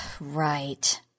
Right